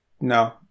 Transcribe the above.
No